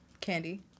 Candy